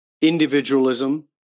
individualism